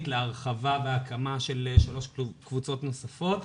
להרחבה והקמה של שלוש קבוצות נוספות.